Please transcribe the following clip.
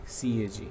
CAG